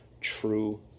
True